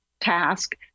task